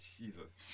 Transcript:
Jesus